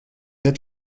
êtes